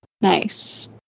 nice